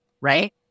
right